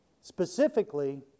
Specifically